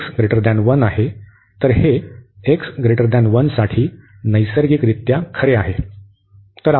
तर हे x 1 साठी नैसर्गिकरित्या खरे आहे